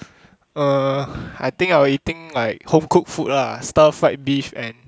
err I think I'll eating like home cooked food lah stir fried beef and